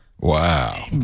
Wow